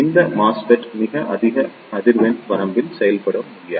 இந்த MESFET மிக அதிக அதிர்வெண் வரம்பில் செயல்பட முடியாது